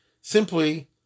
simply